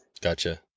Gotcha